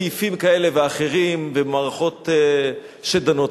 בסעיפים כאלה ואחרים ובמערכות שדנות.